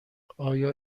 آیا